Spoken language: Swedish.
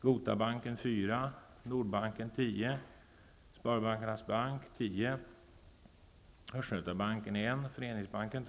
Statens ingripande snedvrider nu konkurrensen inom banksfären.